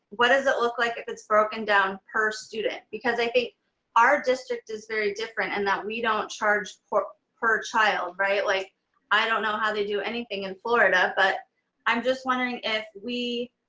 what does it look like if it's broken down per student? because i think our district is very different in that we don't charge per per child, right? like i don't know how they do anything in florida, but i'm just wondering if